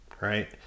right